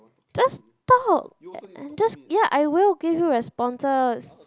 just talk ya just ya I will give you responses